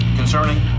concerning